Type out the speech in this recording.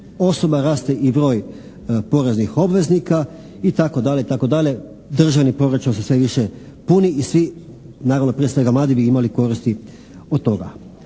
osoba, raste i broj poreznih obveznika itd., državni proračun se sve više puni i svi, naravno prije svega mladi bi imali koristi od toga.